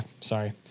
sorry